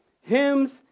hymns